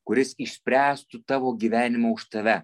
kuris išspręstų tavo gyvenimą už tave